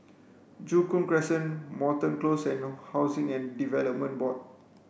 Joo Koon Crescent Moreton Close and Housing and Development Board